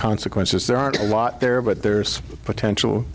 consequences there aren't a lot there but there's potential